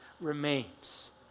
remains